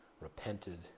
repented